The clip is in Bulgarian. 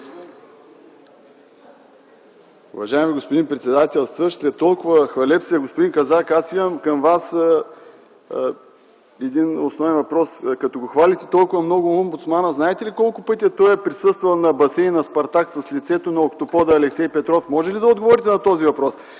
Уважаеми господин председател! След толкова хвалебствия, господин Казак, аз имам към Вас един основен въпрос: като хвалите толкова много омбудсмана, знаете ли колко пъти той е присъствал на басейна „Спартак” с лицето на „Октопода” Алексей Петров? Можете ли да отговорите на този въпрос?